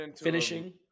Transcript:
finishing